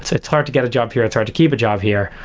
it's it's hard to get a job here. it's hard to keep a job here,